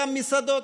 גם מסעדות,